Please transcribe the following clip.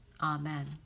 Amen